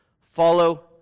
Follow